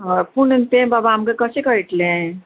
हय पूण तें बाबा आमका कशें कळटलें